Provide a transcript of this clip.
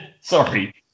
sorry